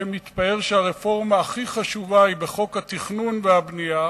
שמתפאר שהרפורמה הכי חשובה היא בחוק התכנון והבנייה,